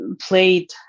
played